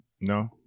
No